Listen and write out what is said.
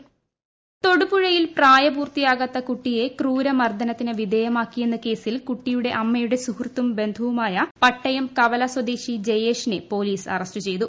police arrest തൊടുപുഴയിൽ പ്രായപൂർത്തിയാകാത്ത കുട്ടിയെ ക്രൂര മർദ്ദനത്തി ന് വിധേയമാക്കിയെന്ന കേസിൽ കുട്ടിയുടെ അമ്മയുടെ സുഹൃ ത്തും ബന്ധുവുമായ പട്ടയം കവല സ്വദേശി ജയേഷിനെ പൊലീ സ് അറസ്റ്റ് ചെയ്തു